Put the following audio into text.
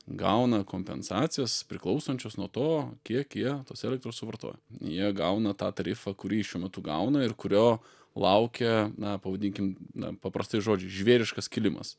gauna kompensacijas priklausančios nuo to kiek jie tos elektros suvartoja jie gauna tą tarifą kurį šiuo metu gauna ir kurio laukia na pavadinkim na paprastais žodžiais žvėriškas kilimas